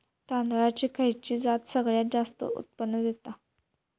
तांदळाची खयची जात सगळयात जास्त उत्पन्न दिता?